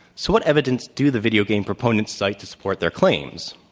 so what evidence do the video game proponents cite to support their claims?